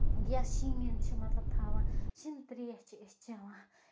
یا شیٖن چھِ مطلب تھاوان شیٖنہٕ تریش چھِ أسۍ چیٚوان